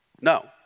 No